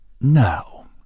No